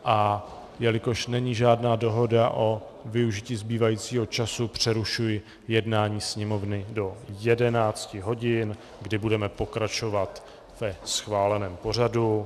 A jelikož není žádná dohoda o využití zbývajícího času, přerušuji jednání Sněmovny do 11 hodin, kdy budeme pokračovat ve schváleném pořadu.